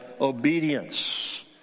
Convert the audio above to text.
obedience